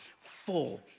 full